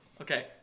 Okay